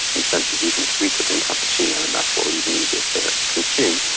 and sense is even sweeter than cappuccino and therefore even easier to consume.